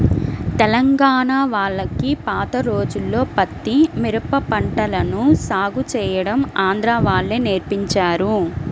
తెలంగాణా వాళ్లకి పాత రోజుల్లో పత్తి, మిరప పంటలను సాగు చేయడం ఆంధ్రా వాళ్ళే నేర్పించారు